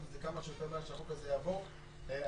כמה שיותר מהר שהחוק הזה יעבור --- בסדר,